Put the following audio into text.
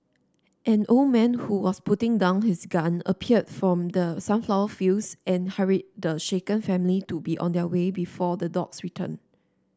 an old man who was putting down his gun appeared from the sunflower fields and hurried the shaken family to be on their way before the dogs return